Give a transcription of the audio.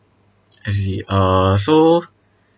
I see uh so